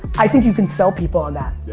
i think you can sell people on that yeah.